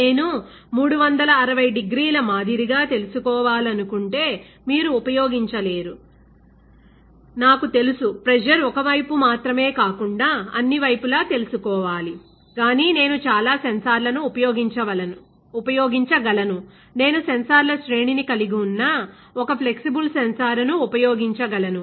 నేను 360 డిగ్రీల మాదిరిగా తెలుసుకోవాలనుకుంటే మీరు ఉపయోగించలేరు నాకు తెలుసు ప్రెజర్ ఒక వైపు మాత్రమే కాకుండా అన్ని వైపులా తెలుసుకోవాలి గాని నేను చాలా సెన్సార్లను ఉపయోగించగలను నేను సెన్సార్ల శ్రేణిని కలిగి ఉన్న ఒక ఫ్లెక్సిబుల్ సెన్సార్ను ఉపయోగించగలను